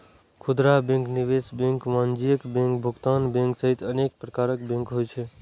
खुदरा बैंक, निवेश बैंक, वाणिज्यिक बैंक, भुगतान बैंक सहित अनेक प्रकारक बैंक होइ छै